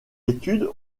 études